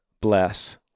bless